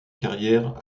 carrière